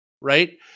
right